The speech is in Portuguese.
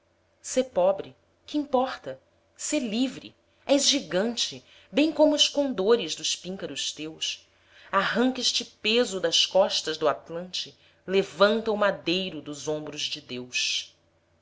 sê pobre que importa sê livre és gigante bem como os condores dos píncaros teus arranca este peso das costas do atlante levanta o madeiro dos ombros de deus